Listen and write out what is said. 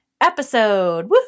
episode